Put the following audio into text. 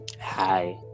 Hi